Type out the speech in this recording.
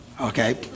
okay